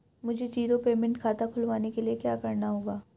मुझे zero payment खाता खुलवाने के लिए क्या करना होगा?